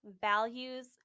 values